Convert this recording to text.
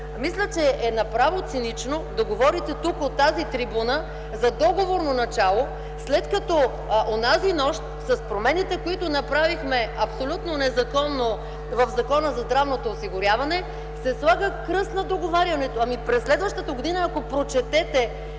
Мисля, че е направо цинично да говорите тук, от тази трибуна, за договорно начало, след като онази нощ с промените, които направихме абсолютно незаконно в Закона за здравното осигуряване, се слага кръст на договарянето. Ако прочетете